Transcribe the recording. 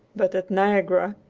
but at niagara,